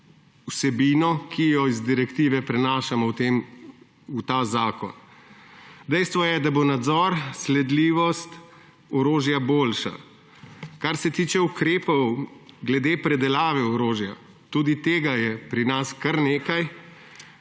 vsebino, ki jo iz direktive prinašamo v ta zakon. Dejstvo je, da bo nadzor, sledljivost orožja boljša. Kar se tiče ukrepov glede predelave orožja, tudi tega je pri nas kar nekaj,